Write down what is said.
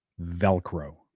Velcro